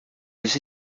des